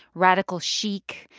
radical chic,